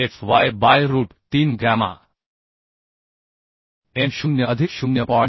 Fy by root 3 gamma m 0 अधिक 0